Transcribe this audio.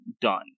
done